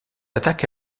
attaque